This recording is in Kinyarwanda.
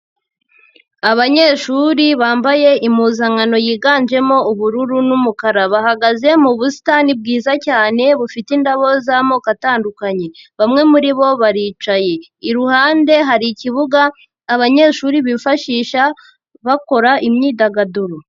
Abanyeshuri bambaye impuzankano yiganjemo ubururu n'umukara, bahagaze mu busitani bwiza cyane bufite indabo z'amoko atandukanye, bamwe muri bo baricaye, iruhande hari ikibuga abanyeshuri bifashisha bakora imyidagaduro.